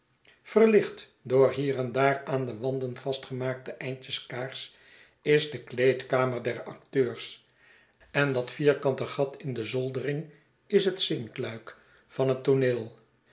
verlicht door hier en daar aan de wanden vastgemaakte eindjes kaars is de kleedkamer der acteurs en dat vierkante gat in de zoldering is het zinkluik van het tooneel